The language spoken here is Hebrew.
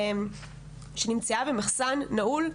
שנמצאה במחסן נעול,